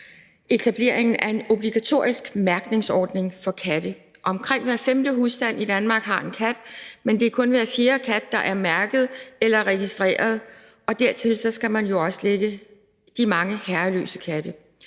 etableringen af en obligatorisk mærkningsordning for katte. Omkring hver femte husstand i Danmark har en kat, men det er kun hver fjerde kat, der er mærket eller registreret, og dertil skal man jo også lægge de mange herreløse katte.